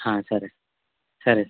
సరే సరే